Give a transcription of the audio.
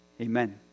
Amen